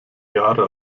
jahre